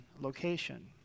location